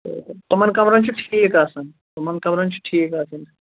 تِمَن کَمرَن چھِ ٹھیٖک آسان تِمَن کَمرَن چھِ ٹھیٖک آسان